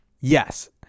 Yes